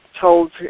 told